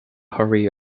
hurry